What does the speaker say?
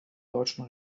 deutschen